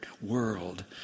world